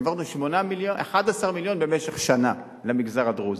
העברנו 11 מיליון במשך שנה למגזר הדרוזי.